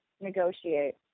negotiate